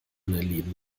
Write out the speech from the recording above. leben